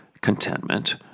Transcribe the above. contentment